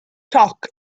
toc